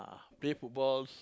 play football